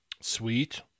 Sweet